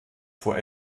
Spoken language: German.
vor